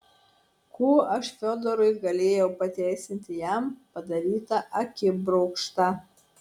kuo aš fiodorui galėjau pateisinti jam padarytą akibrokštą